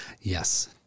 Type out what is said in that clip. Yes